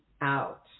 out